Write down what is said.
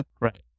Right